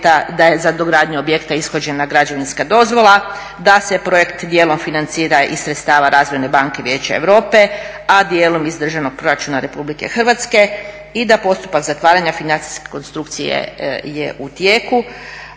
da je za dogradnju objekta ishođena građevinska dozvola, da se projekt dijelom financira iz sredstava Razvojne banke Vijeće Europe, a dijelom iz Državnog proračuna Republike Hrvatske i da postupak zatvaranja financijske konstrukcije je u tijeku,